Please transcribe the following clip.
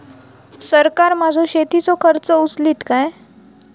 सरकार माझो शेतीचो खर्च उचलीत काय?